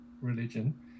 religion